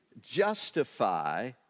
justify